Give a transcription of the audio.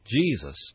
Jesus